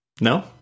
No